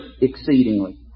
exceedingly